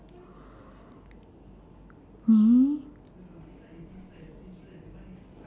eh